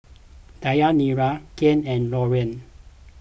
Deyanira Kael and Lauren